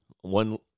one